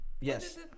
Yes